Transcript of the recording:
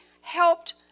helped